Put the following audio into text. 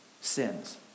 sins